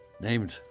Named